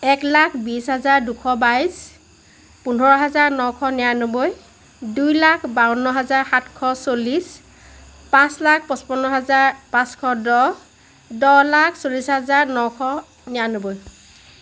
এক লাখ বিশ হাজাৰ দুশ বাইছ পোন্ধৰ হাজাৰ নশ নিৰান্নবৈ দুই লাখ বাৱন্ন হাজাৰ সাতশ চল্লিছ পাঁচ লাখ পঁচপন্ন হাজাৰ পাঁচশ দহ দহ লাখ চল্লিছ হাজাৰ নশ নিৰান্নবৈ